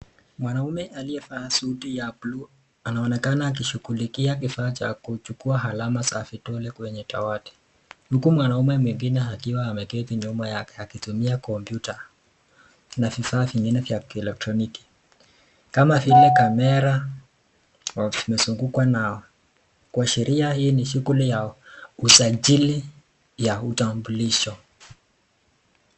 Mwanaume aliyevaa suti ya buluu anaonekana akishughulikia kifaa cha kuchukua alama za vidole kwenye dawati. Huku mwanaume mwingine akiwa ameketi nyuma yake akitumia kompyuta na vifaa vingine vya kielektroniki kama vile kamera wakizunguka nayo. Kwa sheria hii ni shughuli ya usajili ya utambulisho.